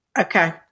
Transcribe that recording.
Okay